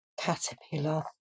caterpillar